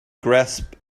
grasped